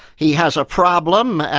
he has a problem,